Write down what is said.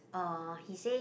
uh he say